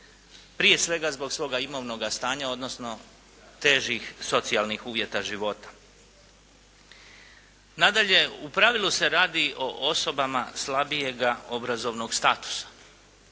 prije svega zbog svoga imovnoga stanja, odnosno težih socijalnih uvjeta života. Nadalje, u pravilu se radi o osobama slabijega obrazovnog statusa,